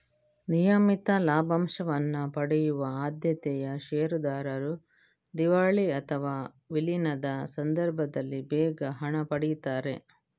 ನಿಯಮಿತ ಲಾಭಾಂಶವನ್ನ ಪಡೆಯುವ ಆದ್ಯತೆಯ ಷೇರುದಾರರು ದಿವಾಳಿ ಅಥವಾ ವಿಲೀನದ ಸಂದರ್ಭದಲ್ಲಿ ಬೇಗ ಹಣ ಪಡೀತಾರೆ